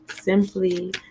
simply